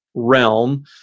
realm